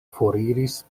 foriris